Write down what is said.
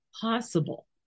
possible